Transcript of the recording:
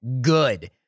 good